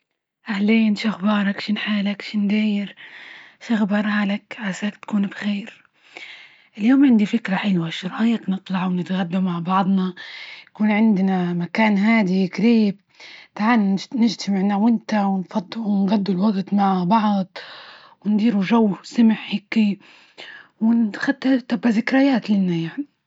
أهلين، شو أخبارك؟ شن حالك؟ شن داير؟ شخبارالك؟ عساك تكون بخير؟ اليوم عندي فكرة حلوة، شو رأيك نطلع ونتغدى مع بعضنا؟ يكون عندنا مكان هادي جريب، تعالي نجتمع أنا وإنت ونفض ونجدوا الوقت مع بعض ونديروا جوسمح هيكى، وتبق ذكريات لنا يعنى.